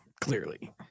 clearly